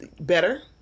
better